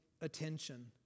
attention